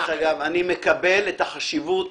אני מקבל את החשיבות